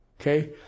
Okay